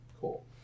Cool